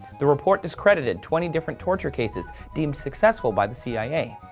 the report discredited twenty different torture cases deemed successful by the cia.